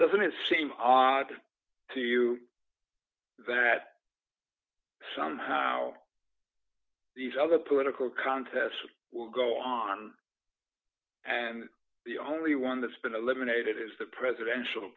doesn't it seem odd to you that somehow these other political contests and the only one that's been eliminated is the presidential